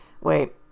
wait